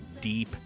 deep